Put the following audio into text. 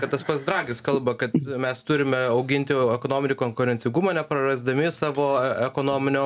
kad tas pats dragis kalba kad mes turime auginti ekonominį konkurencingumą neprarasdami savo e ekonominio